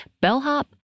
bellhop